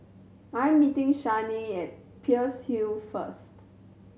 I'm meeting Shanae at Peirce Hill first